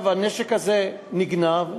הנשק הזה נגנב,